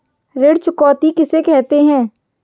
ऋण चुकौती किसे कहते हैं?